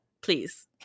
please